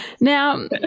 Now